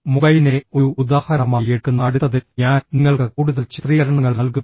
മൊബൈലിനെ ഒരു ഉദാഹരണമായി എടുക്കുന്ന അടുത്തതിൽ ഞാൻ നിങ്ങൾക്ക് കൂടുതൽ ചിത്രീകരണങ്ങൾ നൽകും